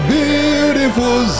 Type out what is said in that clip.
beautiful